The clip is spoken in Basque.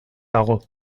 dago